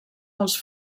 als